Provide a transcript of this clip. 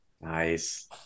Nice